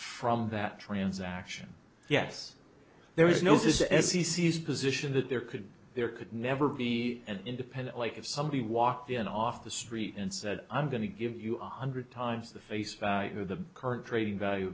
from that transaction yes there is no says as he sees position that there could be there could never be an independently if somebody walked in off the street and said i'm going to give you a hundred times the face value of the current trading value